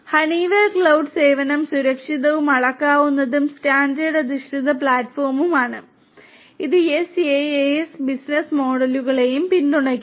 Honeywell cloud സേവനം സുരക്ഷിതവും അളക്കാവുന്നതും സ്റ്റാൻഡേർഡ് അധിഷ്ഠിത പ്ലാറ്റ്ഫോമാണ് ഇത് SaaS ബിസിനസ്സ് മോഡലുകളെയും പിന്തുണയ്ക്കുന്നു